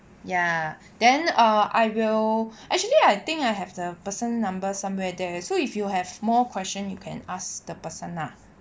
ya then ah I will actually I think I have the person number somewhere there so if you have more question you can ask the person lah